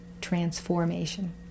transformation